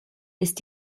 ist